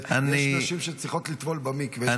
יש נשים שצריכות לטבול במקווה.